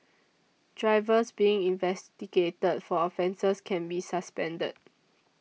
drivers being investigated for offences can be suspended